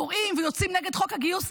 קוראים ויוצאים נגד חוק הגיוס,